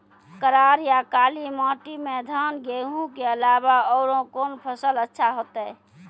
करार या काली माटी म धान, गेहूँ के अलावा औरो कोन फसल अचछा होतै?